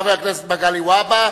חבר הכנסת מגלי והבה.